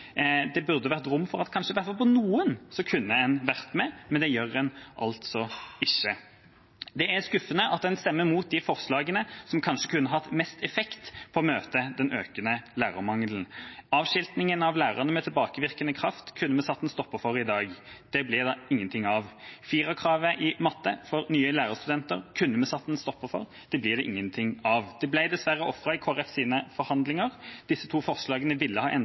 Det burde vært rom for at en kanskje kunne vært med på i hvert fall noen, men det er en altså ikke. Det er skuffende at en stemmer imot de forslagene som kanskje kunne hatt mest effekt med tanke på å møte den økende lærermangelen. Avskiltingen av lærerne med tilbakevirkende kraft kunne vi satt en stopper for i dag. Det blir det ingenting av. Firerkravet i matte for nye lærerstudenter kunne vi satt en stopper for. Det blir det ingenting av. Det ble dessverre ofret i Kristelig Folkepartis forhandlinger. Disse to forslagene ville ha